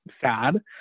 sad